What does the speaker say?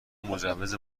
مجوز